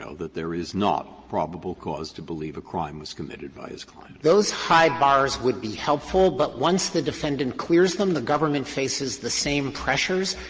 ah that there is not probable cause to believe a crime was committed by his client. dreeben those high bars would be helpful. but once the defendant clears them, the government faces the same pressures.